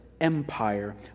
empire